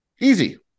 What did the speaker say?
Easy